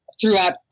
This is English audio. throughout